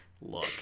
look